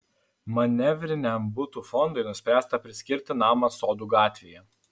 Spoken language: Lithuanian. manevriniam butų fondui nuspręsta priskirti namą sodų gatvėje